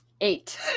eight